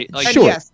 Sure